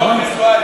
נכון?